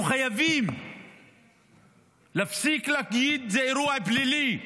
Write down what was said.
אנחנו חייבים להפסיק להגיד: זה אירוע פלילי.